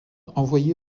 envoyés